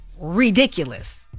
ridiculous